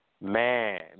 Man